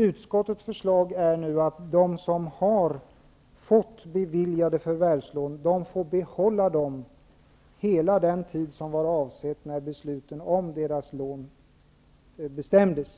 Utskottet föreslår nu att de som har fått förvärvslån beviljade får behålla dem hela den tid som var avsett när beslut om lånen fattades.